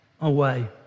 away